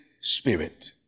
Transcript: spirit